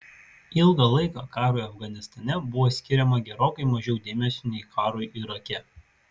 ilgą laiką karui afganistane buvo skiriama gerokai mažiau dėmesio nei karui irake